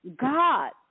God